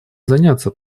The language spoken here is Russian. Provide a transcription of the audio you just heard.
заняться